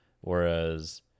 Whereas